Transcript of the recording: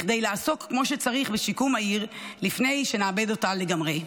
בכדי לעסוק כמו שצריך בשיקום העיר לפני שנאבד אותה לגמרי.